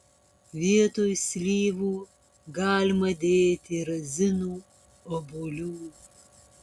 vietoj slyvų galima dėti razinų obuolių